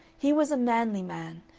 he was a manly man,